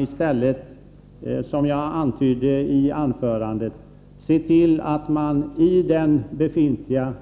I stället bör man, som jag antydde i mitt anförande, se till att det i den befintliga